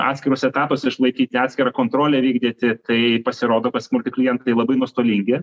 atskirus etapus išlaikyti atskirą kontrolę vykdyti tai pasirodo kad smulki klientai labai nuostolingi